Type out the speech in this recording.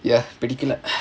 ya பிடிக்கல:pidikkala